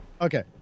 Okay